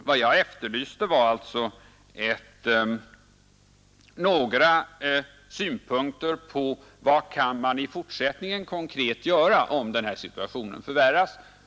Vad jag efterlyste var alltså några synpunkter på vad man i fortsättningen konkret kan göra, om den här situationen förvärras.